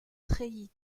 treillis